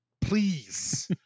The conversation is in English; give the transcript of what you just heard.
Please